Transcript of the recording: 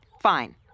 fine